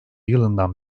yılından